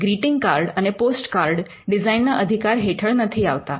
greeting card અને postcard ડિઝાઇનના અધિકાર હેઠળ નથી આવતા